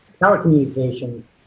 telecommunications